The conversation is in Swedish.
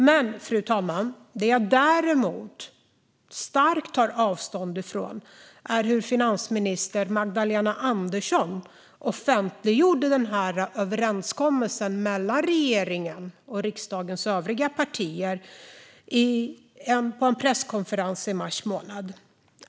Men, fru talman, det jag däremot starkt tar avstånd från är hur finansminister Magdalena Andersson offentliggjorde denna överenskommelse mellan regeringen och riksdagens övriga partier på en presskonferens i mars månad.